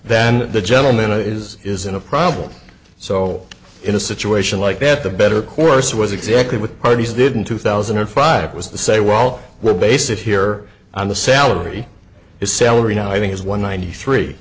than the gentlemen it is isn't a problem so in a situation like that the better course was exactly what parties didn't two thousand and five was the say while the basic here on the salary his salary now i think is one ninety three